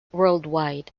worldwide